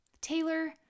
Taylor